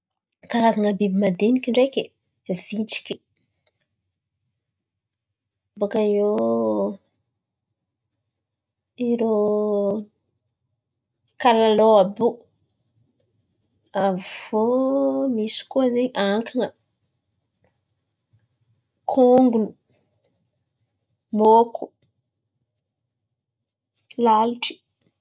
Karazana biby madiniky ndreky: vitsiky, bòka iô irô kalalao àby io, aviô misy koa zen̈y ankan̈a, kôngony, môko, lalitry.